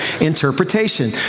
interpretation